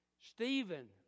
Stephen